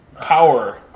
power